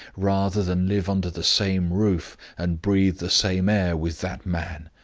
rather than live under the same roof and breathe the same air with that man.